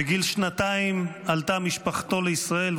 בגיל שנתיים עלתה משפחתו לישראל,